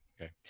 Okay